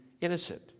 innocent